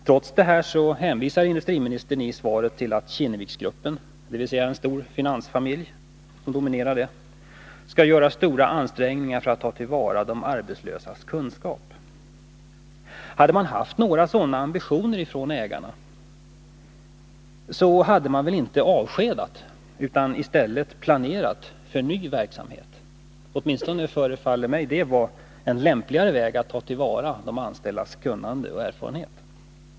Trots detta hänvisar industriministern i svaret till att Kinneviksgruppen, dvs. en stor finansfamilj som dominerar företaget, skall göra stora ansträngningar för att ta till vara de arbetslösas kunskap. Hade ägarna haft några sådana ambitioner, hade de väl inte avskedat utan i stället planerat för ny verksamhet — åtminstone förefaller det mig vara en lämpligare väg att ta till vara de anställdas kunnande och erfarenhet.